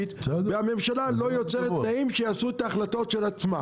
בעיה; תחלט לו את הערבות.